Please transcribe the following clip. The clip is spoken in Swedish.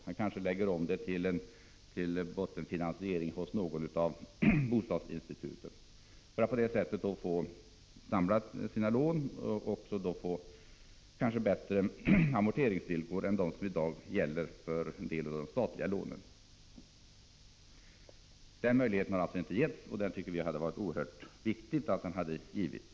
Han kanske lägger om till bottenfinansiering hos något av bostadsinstituten för att på det sättet samla sina lån och måhända få bättre amorteringsvillkor än dem som i dag gäller för en del av de statliga lånen. Den möjligheten har inte getts fastighetsägarna. Vi tycker att det är oerhört viktigt att så skulle ha skett.